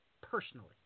personally